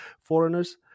foreigners